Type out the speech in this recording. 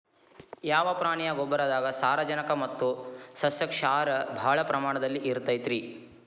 ಯಾವ ಪ್ರಾಣಿಯ ಗೊಬ್ಬರದಾಗ ಸಾರಜನಕ ಮತ್ತ ಸಸ್ಯಕ್ಷಾರ ಭಾಳ ಪ್ರಮಾಣದಲ್ಲಿ ಇರುತೈತರೇ?